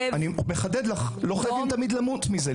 לא חייבים תמיד למות מזה.